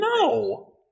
No